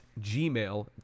gmail